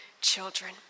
children